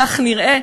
כך נראה,